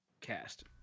cast